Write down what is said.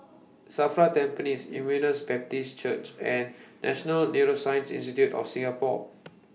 SAFRA Tampines Emmaus Baptist Church and National Neuroscience Institute of Singapore